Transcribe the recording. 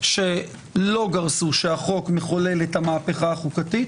שלא גרסו שהחוק מחולל את המהפכה החוקתית,